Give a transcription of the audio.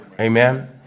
Amen